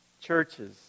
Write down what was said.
Churches